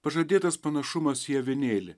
pažadėtas panašumas į avinėlį